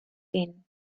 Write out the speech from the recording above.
din